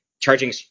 charging